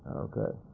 okay,